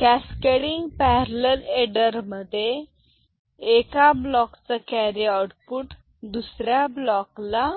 cascading parallel adder मध्ये एका block चा कॅरी आउटपुट दुसऱ्या ब्लॉकला